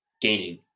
gaining